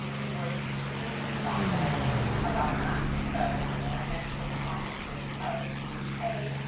you know we were extremely thoughtful about that. so you know, i mentioned in the context of of the u k,